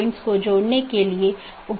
जिसे हम BGP speaker कहते हैं